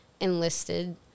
enlisted